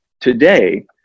today